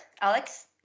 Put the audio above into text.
Alex